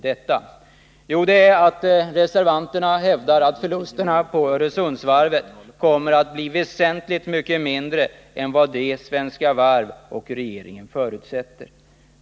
Det förutsätter att reservanterna hävdar att förlusterna på Öresundsvarvet kommer att bli mycket mindre än vad Svenska Varv och regeringen förutsätter.